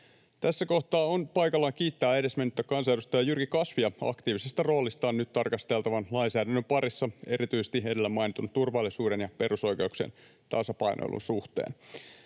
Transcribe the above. Tässä kohtaa on paikallaan kiittää edesmennyttä kansanedustaja Jyrki Kasvia aktiivisesta roolistaan nyt tarkasteltavan lainsäädännön parissa erityisesti edellä mainitun turvallisuuden ja perusoikeuksien tasapainoilun suhteen.